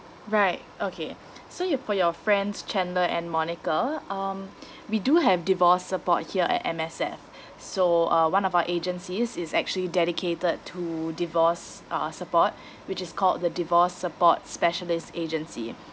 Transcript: right okay so your for your friends chandler and monica um we do have divorce support here at M_S_F so uh one of our agencies is actually dedicated to divorce uh support which is called the divorce support specialist agency